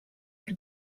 you